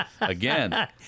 again